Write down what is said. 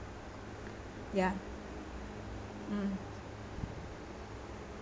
ya mm